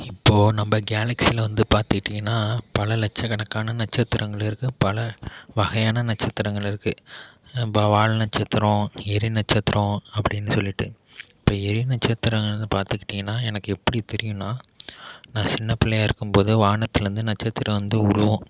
இப்போது நம கேலக்சியில் வந்து பார்த்துகிட்டிங்கன்னா பல லட்சக்கணக்கான நட்சத்திரங்கள் இருக்குது பல வகையான நட்சத்திரங்கள் இருக்குது இப்போ வால் நட்சத்திரம் எரி நட்சத்திரம் அப்படினு சொல்லிட்டு இப்போ எரி நட்சத்திரம் பார்த்துக்கிட்டிங்கன்னா எனக்கு எப்படி தெரியும்னால் நான் சின்ன பிள்ளையாக இருக்கும்போது வானத்தில் இருந்து நட்சத்திரம் வந்து விழும்